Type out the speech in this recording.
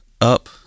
up